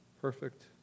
perfect